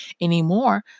anymore